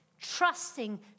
trusting